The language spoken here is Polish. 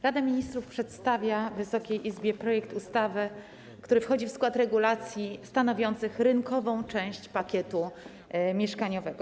Rada Ministrów przedstawia Wysokiej Izbie projekt ustawy, który wchodzi w skład regulacji stanowiących rynkową część pakietu mieszkaniowego.